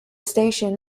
station